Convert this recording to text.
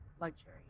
luxury